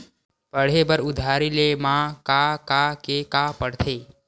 पढ़े बर उधारी ले मा का का के का पढ़ते?